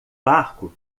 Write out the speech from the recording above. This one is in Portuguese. barco